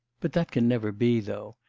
but that can never be, though.